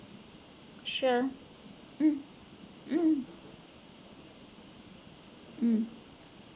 sure mm mm mm